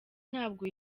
ntabwo